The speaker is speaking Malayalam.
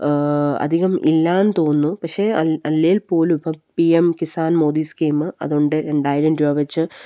അധികമില്ലെന്ന് തോന്നുന്നു പക്ഷെ അല്ലെങ്കില്പ്പോലും ഇപ്പം P M Kisan Modi scheme അതുണ്ട് രണ്ടായിരം രൂപ വെച്ച്